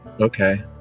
Okay